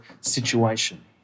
situation